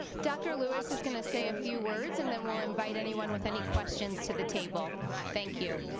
dr. lewis is going to say a few words and then we'll invite anyone with any questions to the table thank you